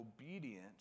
obedient